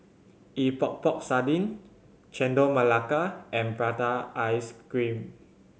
Epok Epok Sardin Chendol Melaka and prata ice cream